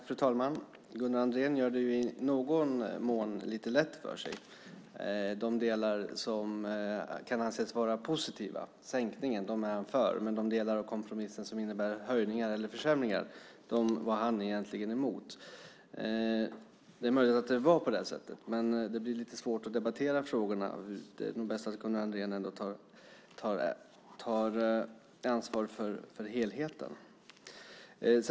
Fru talman! Gunnar Andrén gör det i någon mån lite lätt för sig. De delar som kan anses vara positiva, sänkningen, är han för, men de delar av kompromissen som innebär höjningar eller försämringar var han egentligen emot. Det är möjligt att det var på det sättet, men det blir lite svårt att debattera frågorna. Det är nog bäst att Gunnar Andrén tar ansvar för helheten.